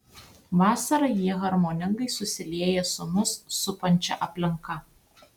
vasarą jie harmoningai susilieja su mus supančia aplinka